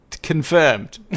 Confirmed